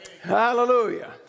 Hallelujah